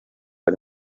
ari